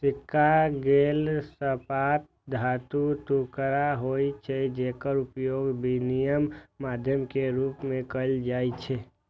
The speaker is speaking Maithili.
सिक्का गोल, सपाट धातुक टुकड़ा होइ छै, जेकर उपयोग विनिमय माध्यम के रूप मे कैल जाइ छै